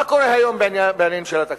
מה קורה היום בעניינים של התקציב?